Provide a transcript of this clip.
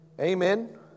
Amen